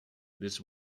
this